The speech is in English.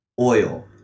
oil